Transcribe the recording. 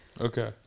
Okay